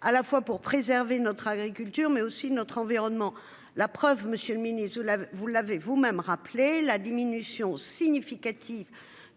à la fois pour préserver notre agriculture mais aussi notre environnement. La preuve, Monsieur le Ministre, vous l'avez, vous l'avez vous-même rappelé la diminution significative